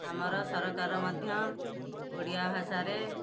ଆମର ସରକାର ମଧ୍ୟ ଓଡ଼ିଆ ଭାଷାରେ